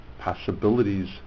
possibilities